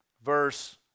verse